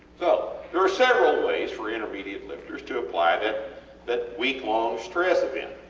so, there are several ways for intermediate lifters to apply that that week long stress event.